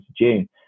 June